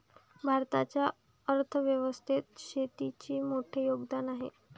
भारताच्या अर्थ व्यवस्थेत शेतीचे मोठे योगदान आहे